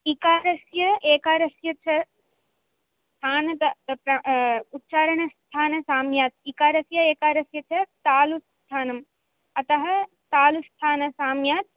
इकारस्य एकारस्य च स्थानत तत्र उच्चारणस्थानसाम्यात् इकारस्य एकारस्य च तालु स्थानम् अतः तालु स्थानसाम्यात्